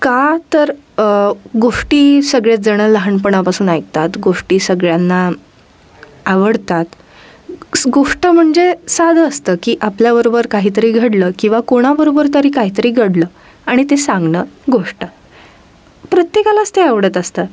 का तर गोष्टी सगळ्याच जणं लहानपणापासून ऐकतात गोष्टी सगळ्यांना आवडतात गोष्ट म्हणजे साधं असतं की आपल्याबरोबर काहीतरी घडलं किंवा कोणाबरोबर तरी काहीतरी घडलं आणि ते सांगणं गोष्ट प्रत्येकालाच ते आवडत असतं